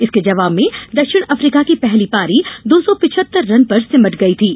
इसके जबाव ने दक्षिण अफ्रीका की पहली पारी दो सौ पिचहत्तर रन पर सिमट गई थीं